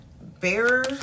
bearer